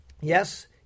Yes